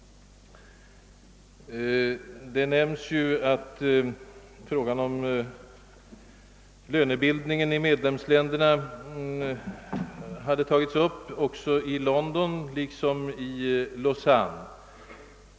Det nämndes att frågan om lönebildningen i medlemsländerna tagits upp i London liksom även i Lausanne.